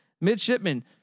midshipmen